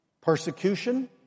Persecution